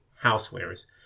housewares